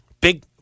big